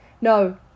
No